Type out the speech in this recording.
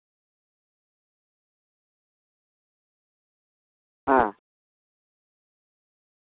ᱦᱮᱸ